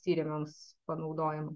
tyrimams panaudojama